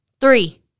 Three